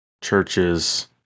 churches